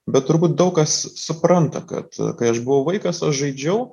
bet turbūt daug kas supranta kad kai aš buvau vaikas aš žaidžiau